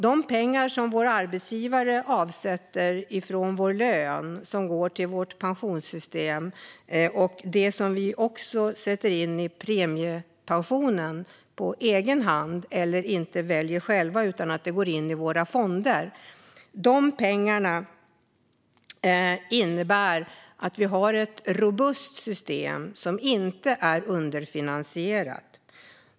De pengar som våra arbetsgivare avsätter från vår lön till pensionssystemet samt det vi på egen hand sätter in i premiepensionen eller som vi själva inte väljer - det som går in i våra fonder - innebär att vi har ett robust system som inte är underfinansierat.